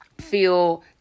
feel